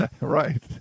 Right